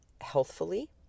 healthfully